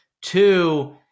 Two